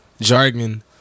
jargon